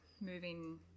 moving